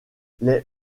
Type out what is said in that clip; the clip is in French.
les